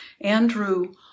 Andrew